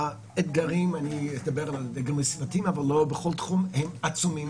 האתגרים --- אבל לא בכל תחום הם עצומים.